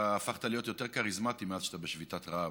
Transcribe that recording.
אתה הפכת להיות יותר כריזמטי מאז שאתה בשביתת רעב,